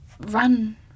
run